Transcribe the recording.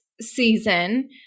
season